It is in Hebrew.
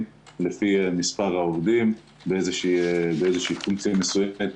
לפי מספר העובדים באיזושהי פונקציה מסוימת.